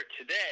today